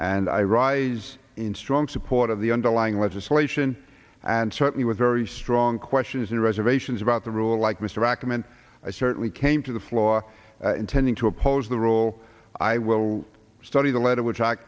and i rise in strong support of the underlying legislation and certainly with very strong questions in reservations about the rule like mr ackerman i certainly came to the floor intending to oppose the rule i will study the letter which